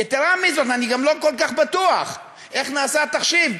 יתרה מזאת, אני גם לא כל כך בטוח איך נעשה התחשיב.